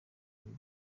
ibi